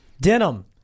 Denim